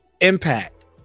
Impact